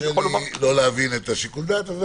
לא להבין את שיקול הדעת.